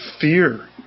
fear